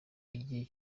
igihe